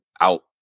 out